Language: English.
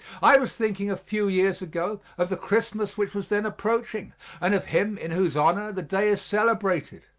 i was thinking a few years ago of the christmas which was then approaching and of him in whose honor the day is celebrated.